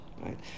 right